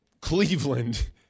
Cleveland